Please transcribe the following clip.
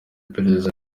iperereza